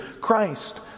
Christ